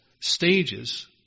stages